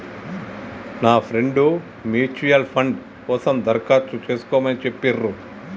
నా friend mutual fund కోసం దరఖాస్తు చేస్కోమని చెప్పిర్రు